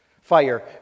Fire